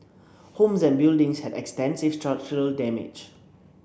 homes and buildings had extensive structural damage